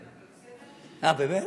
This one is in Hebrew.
אה, באמת?